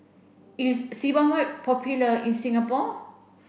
is Sebamed popular in Singapore